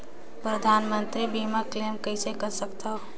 परधानमंतरी मंतरी बीमा क्लेम कइसे कर सकथव?